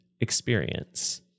Experience